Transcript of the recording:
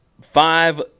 five